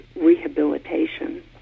rehabilitation